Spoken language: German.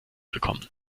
bekommen